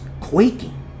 quaking